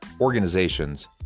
organizations